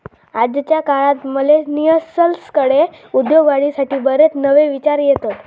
आजच्या काळात मिलेनियल्सकडे उद्योगवाढीसाठी बरेच नवे विचार येतत